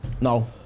No